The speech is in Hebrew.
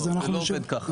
זה לא עובד כך.